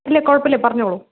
ഇല്ല കുഴപ്പമില്ല പറഞ്ഞോളൂ